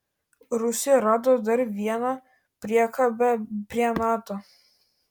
rusija rado dar vieną priekabę prie nato